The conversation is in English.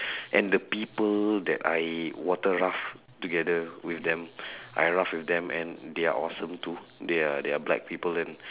and the people that I water raft together with them I raft with them and they are awesome too they are they are black people and